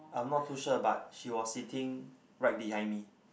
I'm not too sure but she was sitting right behind me